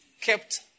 kept